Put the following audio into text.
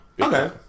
okay